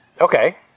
okay